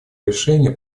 решение